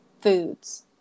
foods